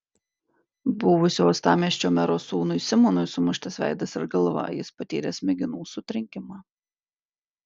buvusio uostamiesčio mero sūnui simonui sumuštas veidas ir galva jis patyrė smegenų sutrenkimą